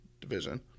division